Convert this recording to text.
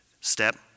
Step